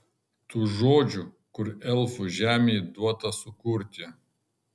tų žodžių kur elfų žemei duota sukurti